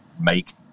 make